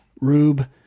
Rube